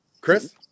Chris